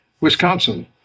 Wisconsin